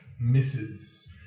misses